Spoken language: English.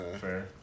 Fair